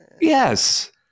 Yes